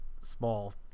small